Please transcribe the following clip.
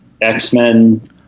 X-Men